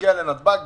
מגיע לנתב"ג.